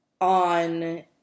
on